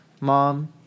mom